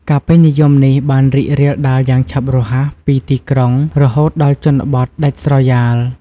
ការពេញនិយមនេះបានរីករាលដាលយ៉ាងឆាប់រហ័សពីទីក្រុងរហូតដល់ជនបទ ដាច់ស្រយាល។